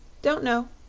don't know,